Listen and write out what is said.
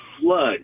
flood